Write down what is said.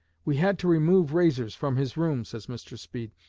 we had to remove razors from his room, says mr. speed,